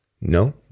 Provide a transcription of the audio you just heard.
no